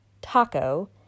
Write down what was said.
taco